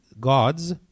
gods